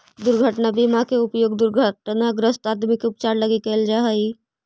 दुर्घटना बीमा के उपयोग दुर्घटनाग्रस्त आदमी के उपचार लगी करल जा हई